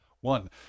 One